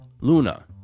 Luna